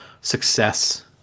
Success